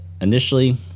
initially